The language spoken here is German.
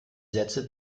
sätze